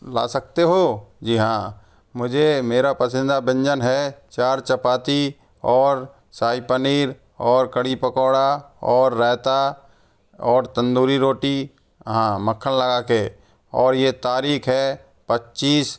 ला सकते हो जी हाँ मुझे मेरा पसींदा व्यंजन है चार चपाती और शाही पनीर और कढ़ी पकोड़ा और रायता और तंदूरी रोटी हाँ मक्खन लगा कर और ये तारीख़ है पच्चीस